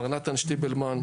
מר נתן שטיבלמן,